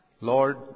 Lord